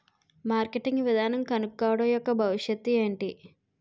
Marketing విధానం కనుక్కోవడం యెక్క భవిష్యత్ ఏంటి?